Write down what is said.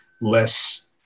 less